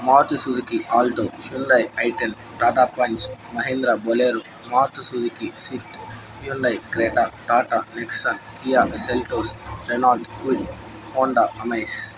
Maruti Suzuki Alto Hyundai i ten Tata Punch Mahindra Bolero Maruti Suzuki Swift Hyundai Creta Tata Nexon Kia Seltos Renault ఉల్ Honda Amaze